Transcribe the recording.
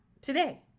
today